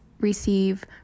receive